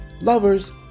lovers